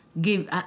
give